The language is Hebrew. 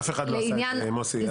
אף אחד לא עשה את זה, מוסי.